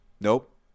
Nope